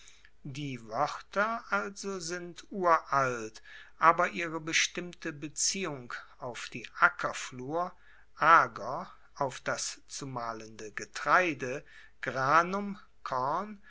die woerter also sind uralt aber ihre bestimmte beziehung auf die ackerflur ager auf das zu mahlende getreide